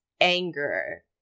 anger